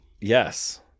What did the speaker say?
Yes